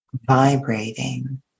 Vibrating